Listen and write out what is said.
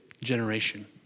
generation